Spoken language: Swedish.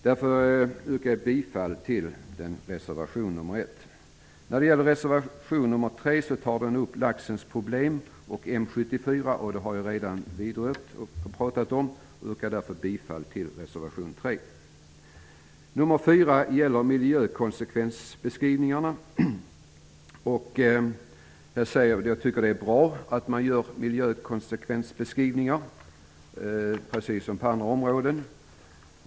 Jag yrkar bifall till reservation 1. Reservation 3 tar upp frågor rörande problemen med laxen och M74. Jag har redan pratat om den frågan. Jag yrkar därför bifall till reservation 3. Reservation 4 berör miljökonsekvensbeskrivningar. Jag tycker att det är bra med miljökonsekvensbeskrivningar -- precis som på andra områden.